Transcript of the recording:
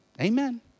Amen